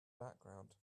background